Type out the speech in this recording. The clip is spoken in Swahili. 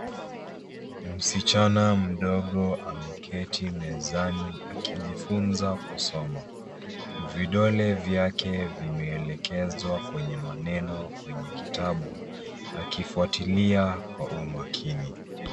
Msichana mdogo ameketi mezani akijifunza kusoma. VIdole vyake vimeelekezwa kwenye maneno kwenye kitabu, akifuatilia kwa umakini.